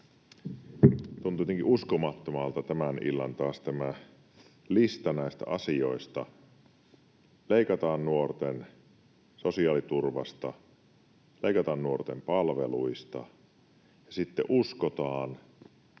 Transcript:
Tuntuu jotenkin uskomattomalta taas tämä tämän illan lista näistä asioista: leikataan nuorten sosiaaliturvasta, leikataan nuorten palveluista ja sitten uskotaan,